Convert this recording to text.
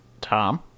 Tom